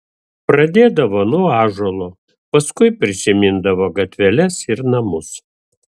pradėdavo nuo ąžuolo paskui prisimindavo gatveles ir namus